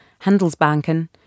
Handelsbanken